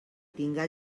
tinga